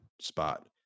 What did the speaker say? spot